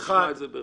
ונשמע את זה ברצון.